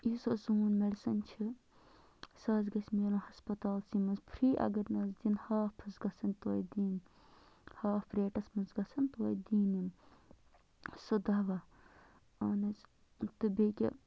یُس سَہ سون مٮ۪ڈِسَن چھِ سُہ حظ گژھِ مٮ۪لُن ہَسپَتالسٕے منٛز فری اَگر نہٕ حظ دِن ہاف حظ گژھن توتہِ دِنۍ ہاف رٮ۪ٹَس منٛز گژھن توتہِ دِنۍ یِم سُہ دَوا اہن حظ تہٕ بیٚیہِ کیٛاہ